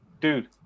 dude